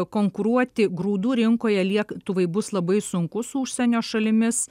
konkuruoti grūdų rinkoje lietuvai bus labai sunku su užsienio šalimis